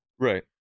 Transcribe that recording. Right